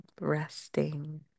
resting